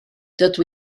dydw